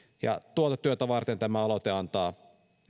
tuota työtä varten tämä aloite antaa